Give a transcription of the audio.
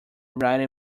ride